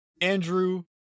Andrew